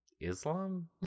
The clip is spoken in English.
Islam